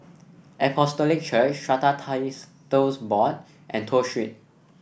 Apostolic Church Strata Board and Toh Street